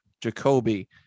Jacoby